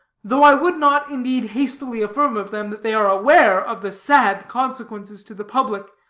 though i would not, indeed, hastily affirm of them that they are aware of the sad consequences to the public.